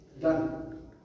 Done